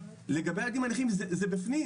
לגבי הילדים הנכים זה בפנים.